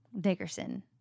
Dickerson